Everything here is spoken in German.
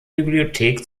bibliothek